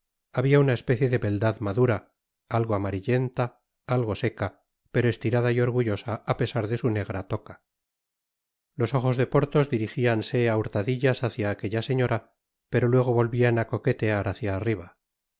habia una especie de beldad madura algo amarillenta algo seca pero estirada y orgullosa á pesar de su negra toca los ojos de porthos dirigíanse á hurtadillas hácia aquella señora pero luego volvían á coquetear hácia arriba